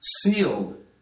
Sealed